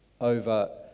over